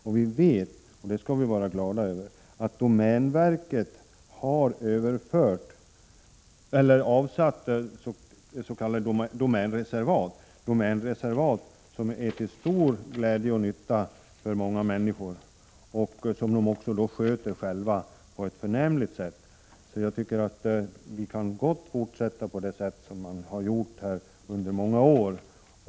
Vi vet också, och det skall vi vara glada över, att domänverket har avsatt s.k. domänreservat, som är till stor glädje och nytta för många människor och som de sköter själva på ett förnämligt sätt. Vi kan gott fortsätta att arbeta så som man har gjort under många år.